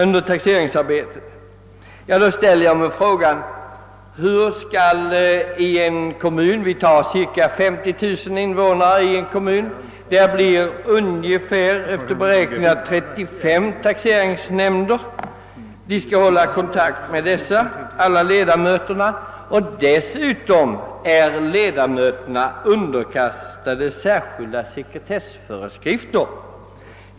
Jag frågar mig hur det skall kunna ske i en kommun på cirka 50 000 invånare, vilken bör ha ungefär 35 taxeringsnämnder. Dessutom är ju ledamöterna underkastade särskilda sekretessföreskrifter.